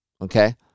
okay